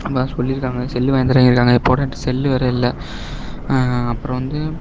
இப்போதான் சொல்லியிருக்காங்க செல்லு வாங்கித் தரேன்னு சொல்லியிருக்காங்க இப்போக் கூட என்கிட்ட செல்லு வேறு இல்லை அப்புறம் வந்து